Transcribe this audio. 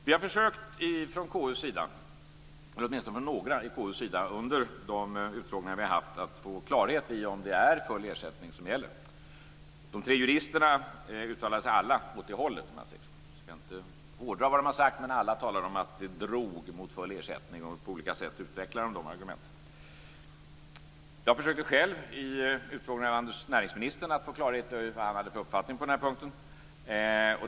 Vi har från KU:s sida, åtminstone några, under de utfrågningar som vi haft att få klarhet i om det är full ersättning som gäller. De tre juristerna uttalade sig alla åt det hållet. Man skall inte hårdra det de sade, men alla talade om att det drog mot full ersättning och på olika sätt utvecklade sina argument. Jag försökte själv i utfrågningen av näringsministern få klarhet i vad han hade för uppfattning på den här punkten.